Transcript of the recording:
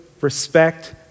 respect